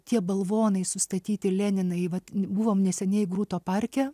tie balvonai sustatyti leninai vat buvom neseniai grūto parke